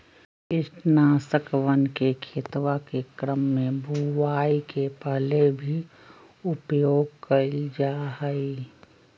कीटनाशकवन के खेतवा के क्रम में बुवाई के पहले भी उपयोग कइल जाहई